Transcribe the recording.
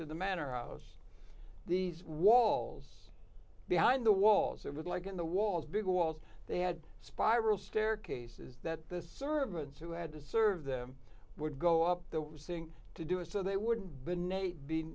to the manor house these walls behind the walls it was like in the walls big walls they had spiral staircases that the servants who had to serve them would go up the thing to do it so they wouldn't be